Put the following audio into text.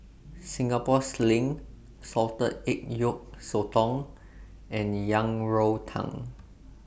Singapore Sling Salted Egg Yolk Sotong and Yang Rou Tang